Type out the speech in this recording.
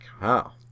wow